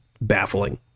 baffling